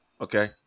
okay